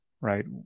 right